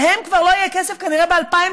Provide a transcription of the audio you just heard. להם כבר לא יהיה כסף כנראה ב-2035,